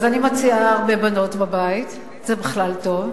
אז אני מציעה הרבה בנות בבית, זה בכלל טוב.